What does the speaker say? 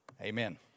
amen